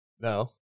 no